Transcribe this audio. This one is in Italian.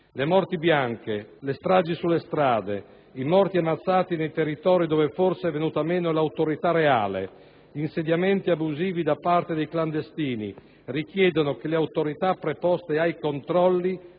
Le morti bianche, le stragi sulle strade, i morti ammazzati nei territori dove forse è venuta meno l'autorità reale, gli insediamenti abusivi da parte di clandestini richiedono che le autorità preposte ai controlli